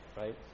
right